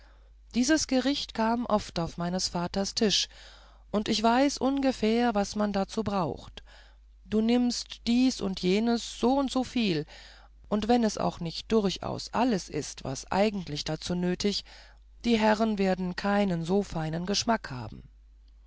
dieses gericht kam oft auf meines vaters tisch und ich weiß ungefähr was man dazu braucht du nimmst dies und jenes so und so viel und wenn es auch nicht durchaus alles ist was eigentlich dazu nötig die herren werden keinen so feinen geschmack haben